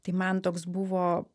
tai man toks buvo